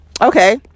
Okay